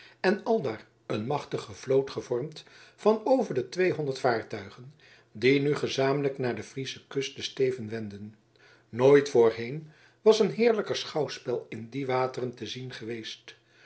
en aldaar een machtige vloot gevormd van over de tweehonderd vaartuigen die nu gezamenlijk naar de friesche kust den steven wendden nooit voorheen was een heerlijker schouwspel in die wateren te zien geweest